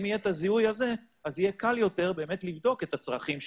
אם יהיה את הזיהוי הזה אז יהיה קל יותר באמת לבדוק את הצרכים שלו,